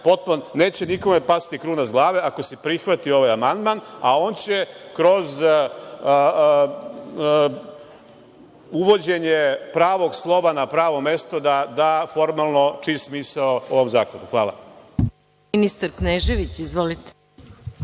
neće nikome pasti kruna sa glave ako se prihvati ovaj amandman, a on će kroz uvođenje pravog slova na pravo mesto da da formalno čist smisao ovom zakonu. Hvala.